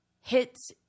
hits